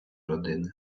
родини